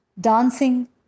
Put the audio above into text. Dancing